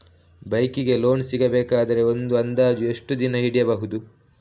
Bike ಗೆ loan ಸಿಗಬೇಕಾದರೆ ಒಂದು ಅಂದಾಜು ಎಷ್ಟು ದಿನ ಹಿಡಿಯಬಹುದು?